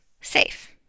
safe